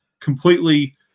completely